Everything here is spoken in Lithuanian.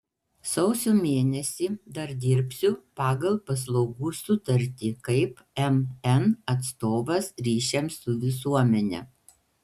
sausio mėnesį dar dirbsiu pagal paslaugų sutartį kaip mn atstovas ryšiams su visuomene